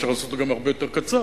אפשר לעשות אותו הרבה יותר קצר,